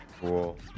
cool